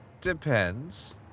depends